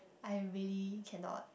I really cannot